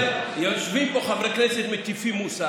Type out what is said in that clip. יושבים פה חברי כנסת מהאופוזיציה,